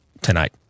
tonight